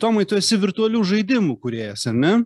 tomai tu esi virtualių žaidimų kūrėjas ar ne